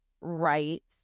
right